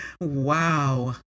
Wow